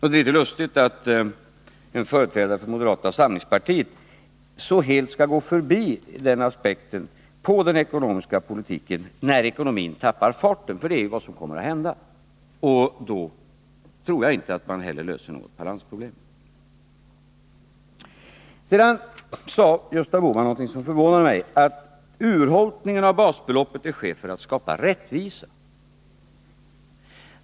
Det är lustigt att en företrädare för moderata samlingspartiet så helt skall 79 gå förbi aspekten när ekonomin tappar farten — för det är vad som kommer att hända. Och om det händer tror jag inte heller att man löser några balansproblem. Sedan sade Gösta Bohman någonting som förvånade mig, nämligen att urholkningen av basbeloppet sker för att skapa rättvisa!